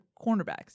cornerbacks